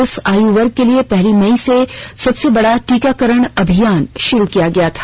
इस आयुवर्ग के लिए पहली मई से सबसे बडा टीकाकरण अभियान शुरू किया गया था